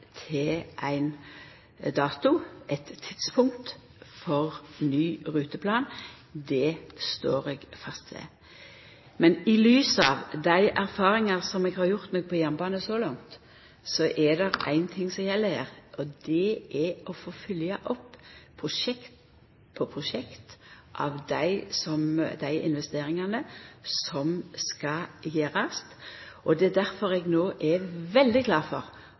til ein dato, eit tidspunkt for ny ruteplan. Det står eg fast ved. Men i lys av dei erfaringane som eg har gjort meg på jernbane så langt, er det éin ting som gjeld her, og det er å få følgt opp prosjekt på prosjekt med dei investeringane som skal gjerast. Det er difor eg no er veldig glad for